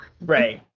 Right